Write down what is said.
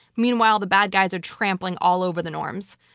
meanwhile, the bad guys are trampling all over the norms.